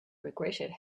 regretted